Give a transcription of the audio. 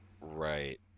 Right